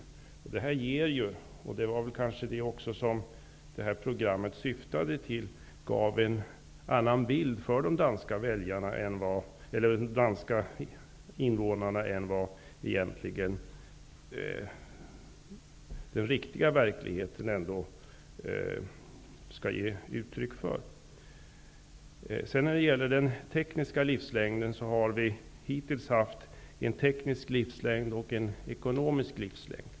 Det gav en annan bild -- vilket programmet kanske också syftade till -- till de danska invånarna än hur den riktiga verkligheten ser ut. Hittills har det varit fråga om en teknisk och en ekonomisk livslängd.